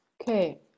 Okay